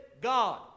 God